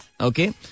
Okay